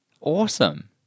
Awesome